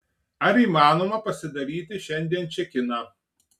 ar įmanoma pasidaryti šiandien čekiną